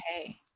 okay